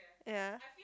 ya